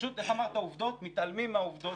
פשוט איך אמרת, עובדות, מתעלמים מהעובדות.